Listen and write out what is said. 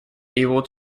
able